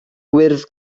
gwyrdd